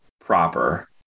proper